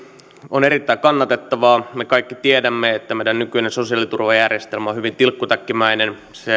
on erittäin kannatettavaa me kaikki tiedämme että meidän nykyinen sosiaaliturvajärjestelmä on hyvin tilkkutäkkimäinen